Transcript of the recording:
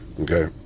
Okay